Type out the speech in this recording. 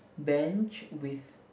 bench with